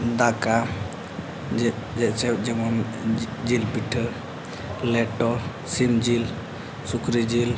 ᱫᱟᱠᱟ ᱡᱮ ᱡᱮᱥᱮ ᱡᱮᱢᱚᱱ ᱡᱤᱞ ᱯᱤᱴᱷᱟᱹ ᱞᱮᱴᱚ ᱥᱤᱢ ᱡᱤᱞ ᱥᱩᱠᱨᱤ ᱡᱤᱞ